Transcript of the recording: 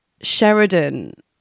sheridan